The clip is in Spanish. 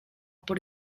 por